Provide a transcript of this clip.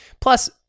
Plus